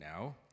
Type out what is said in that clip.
now